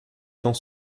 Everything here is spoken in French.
dans